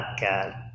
god